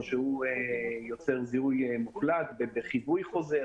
או למשל שהוא יוצר זיהוי מוחלט בחיווי חוזר.